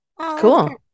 Cool